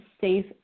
safe